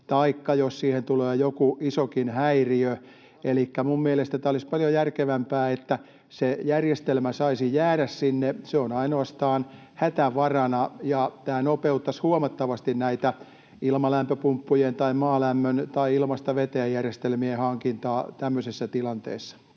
taikka jos siihen tulee joku isokin häiriö. Elikkä minun mielestäni tämä olisi paljon järkevämpää, että se järjestelmä saisi jäädä sinne. Se on ainoastaan hätävarana. Tämä nopeuttaisi huomattavasti ilmalämpöpumppujen tai maalämmön tai ilmasta veteen ‑järjestelmien hankintaa tämmöisessä tilanteessa.